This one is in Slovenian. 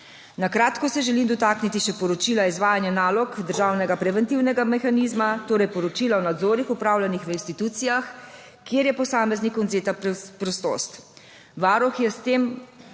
Na kratko se želim dotakniti še poročila o izvajanju nalog državnega preventivnega mehanizma, torej Poročila o nadzorih, opravljenih v institucijah, kjer je posameznik odvzeta prostost. Varuh nam je